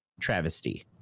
travesty